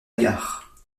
gare